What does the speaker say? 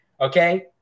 Okay